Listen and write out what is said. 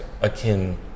akin